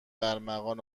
ارمغان